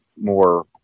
more